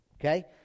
okay